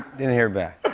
didn't hear back.